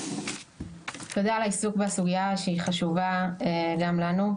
תודה על העיסוק בסוגייה שהיא חשובה גם לנו.